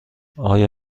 آیا